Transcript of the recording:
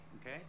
okay